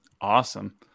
Awesome